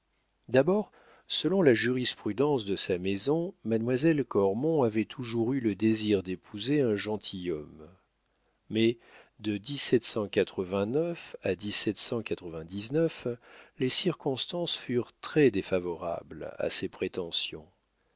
d'abord selon la jurisprudence de sa maison mademoiselle cormon avait toujours eu le désir d'épouser un gentilhomme mais de à les circonstances furent très défavorables à ses prétentions